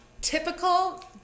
typical